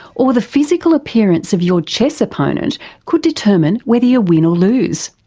or the physical appearance of your chess opponent could determine whether you win or lose?